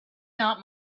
not